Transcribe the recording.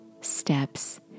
steps